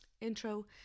intro